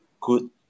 good